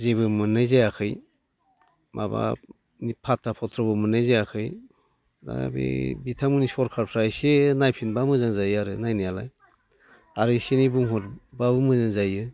जेबो मोननाय जायाखै माबा फाथा फथ्र'बो मोननाय जायाखै दा बे बिथांमोननि सरखारफ्रा एसे नायफिनब्ला मोजां जायो आरो नायनायालाय आरो एसे एनै बुंहरब्लाबो मोजां जायो